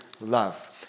love